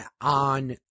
on